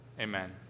Amen